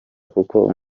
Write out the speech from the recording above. kuko